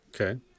Okay